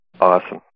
Awesome